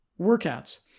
workouts